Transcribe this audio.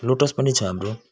lotus पनि छ हाम्रो